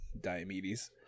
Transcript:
diomedes